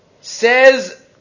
Says